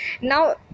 now